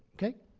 okay?